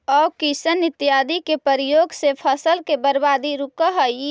auxin इत्यादि के प्रयोग से फसल के बर्बादी रुकऽ हई